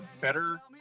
better